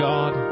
God